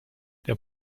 der